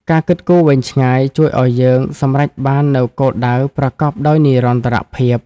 ការគិតគូរវែងឆ្ងាយ ជួយឱ្យយើងសម្រេចបាននូវគោលដៅប្រកបដោយនិរន្តរភាព។